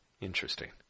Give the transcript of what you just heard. Interesting